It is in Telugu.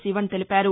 శివన్ తెలిపారు